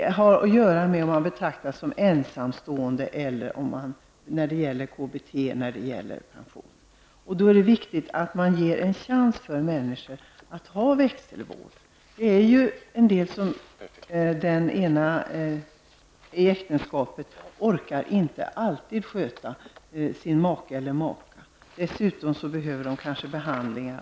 Det har att göra med om vederbörande betraktas som ensamstående när det gäller KBT och pension. Det är alltså viktigt att man ger människor en chans att få växelvård. Den ena parten i äktenskapet orkar inte alltid sköta sin make eller maka. Dessutom behövs kanske behandlingar.